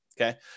Okay